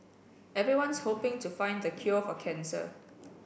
everyone's hoping to find the cure for cancer